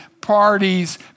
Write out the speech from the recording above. parties